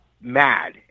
mad